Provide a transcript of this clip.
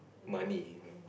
money you know